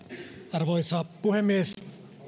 arvoisa puhemies